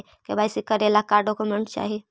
KYC करे ला का का डॉक्यूमेंट चाही?